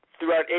Throughout